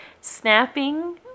snapping